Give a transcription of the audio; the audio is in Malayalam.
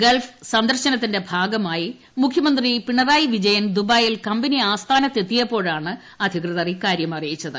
ഗൾഫ് സന്ദർശനത്തിന്റെ ഭാഗമായി മുഖ്യമന്ത്രി പിണറായി വിജയൻ ദുബായിൽ കമ്പനി ആസ്ഥാനത്തെത്തിയപ്പോയാണ് അധികൃതർ ഇക്കാരൃം അറിയിച്ചത്